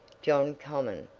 john comyn,